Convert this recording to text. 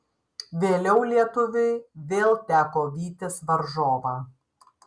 vėliau lietuviui vėl teko vytis varžovą